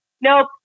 nope